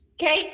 Okay